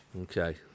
Okay